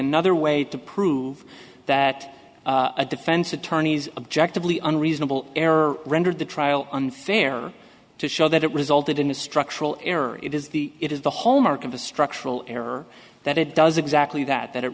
another way to prove that a defense attorney's objectively unreasonable error rendered the trial unfair to show that it resulted in a structural error it is the it is the hallmark of a structural error that it does exactly that